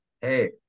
hey